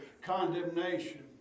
condemnation